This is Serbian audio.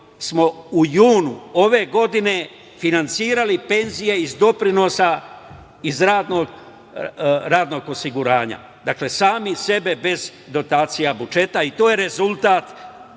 smo u julu ove godine finansirali penzije iz doprinosa iz radnog osiguranja. Dakle, sami sebe, bez dotacije budžeta i to je rezultat